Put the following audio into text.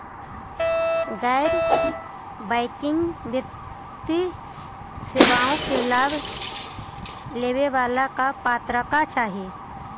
गैर बैंकिंग वित्तीय सेवाओं के लाभ लेवेला का पात्रता चाही?